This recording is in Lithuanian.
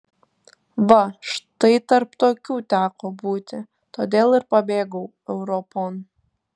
va štai tarp tokių teko būti todėl ir pabėgau europon